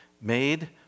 made